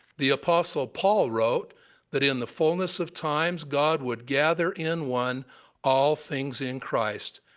the apostle paul wrote that in the fulness of times god would gather. in one all things in christ,